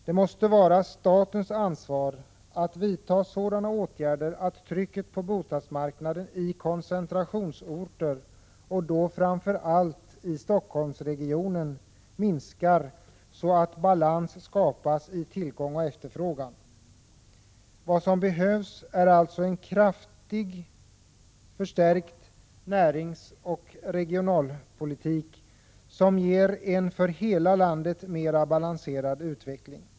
Det måste vara statens ansvar att vidta sådana åtgärder att trycket på bostadsmarknaden i koncentrationsorter, framför allt i Stockholmsregionen, minskar så att balans skapas mellan tillgång och efterfrågan. Vad som behövs är alltså en kraftigt förstärkt näringsoch regionalpolitik som ger en för hela landet mera balanserad utveckling.